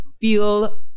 feel